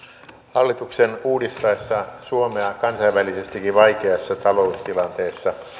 hallituksen uudistaessa suomea kansainvälisestikin vaikeassa taloustilanteessa